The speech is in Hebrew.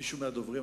מישהו מהדוברים,